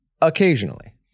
occasionally